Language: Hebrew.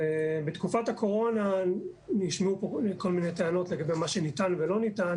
בתקופת הקורונה נשמעו פה כל מיני טענות לגבי מה שניתן ולא ניתן,